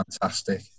fantastic